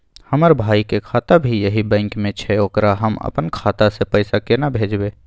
हमर भाई के खाता भी यही बैंक में छै ओकरा हम अपन खाता से पैसा केना भेजबै?